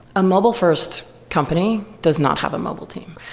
a mobile first company does not have a mobile team.